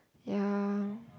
ya